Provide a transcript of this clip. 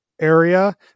area